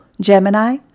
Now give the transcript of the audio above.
Gemini